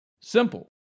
Simple